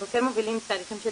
אנחנו כן מובילים תהליכים של